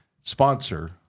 sponsor